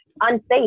unsafe